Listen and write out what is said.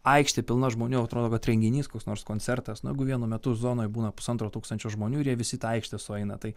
aikštė pilna žmonių atrodo kad renginys koks nors koncertas na jeigu vienu metu zonoj būna pusantro tūkstančio žmonių ir jie visi į ta aikštę sueina tai